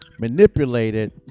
manipulated